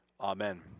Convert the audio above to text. Amen